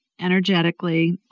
energetically